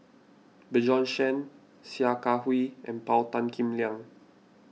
Bjorn Shen Sia Kah Hui and Paul Tan Kim Liang